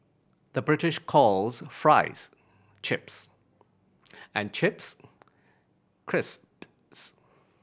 the British calls fries chips and chips crisps